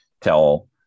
tell